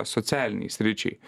socialinei sričiai